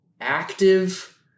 active